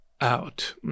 out